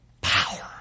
Power